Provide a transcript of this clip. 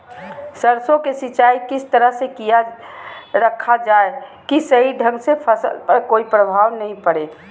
सरसों के सिंचाई किस तरह से किया रखा जाए कि सही ढंग से फसल पर कोई प्रभाव नहीं पड़े?